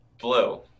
blue